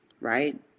right